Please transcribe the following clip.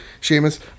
Seamus